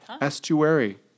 estuary